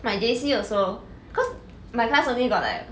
my J_C also cause my class only got like